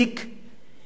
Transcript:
את המדיניות שלו: